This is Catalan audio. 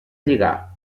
lligar